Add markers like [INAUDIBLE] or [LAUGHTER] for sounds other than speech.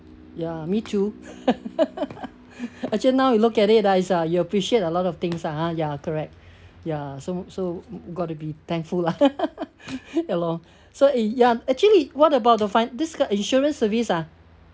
ya me too [LAUGHS] actually now you look at it lah it's uh you'll appreciate a lot of things ah ha ya correct ya so so got to be thankful lah [LAUGHS] ya lor so it ya actually what about to find this good insurance service ah